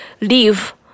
Leave